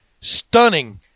stunning